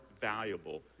valuable